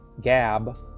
Gab